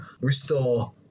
restore